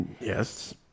Yes